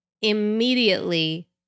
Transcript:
immediately